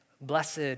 Blessed